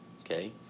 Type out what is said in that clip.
okay